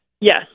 yes